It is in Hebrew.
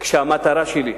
המטרה שלי,